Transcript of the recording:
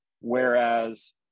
whereas